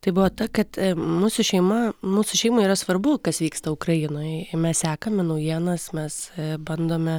tai buvo ta kad mūsų šeima mūsų šeimai yra svarbu kas vyksta ukrainoj mes sekame naujienas mes bandome